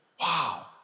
Wow